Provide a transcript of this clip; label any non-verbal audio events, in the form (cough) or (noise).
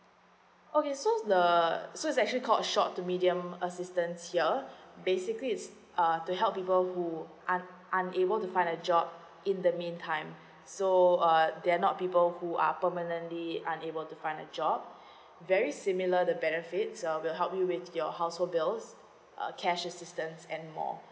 okay so the so is actually called short to medium assistance here basically is uh to help people who un~ unable to find a job in the mean time so uh they are not people who are permanently unable to find a job (breath) very similar the benefits uh we'll help you with your household bills uh cash assistance and more